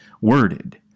worded